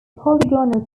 polygonal